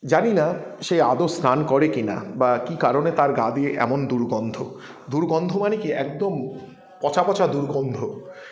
জানি না সে আদৌ স্নান করে কি না বা কি কারণে তার গা দিয়ে এমন দুর্গন্ধ দুর্গন্ধ মানে কি একদম পচা পচা দুর্গন্ধ